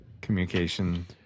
communication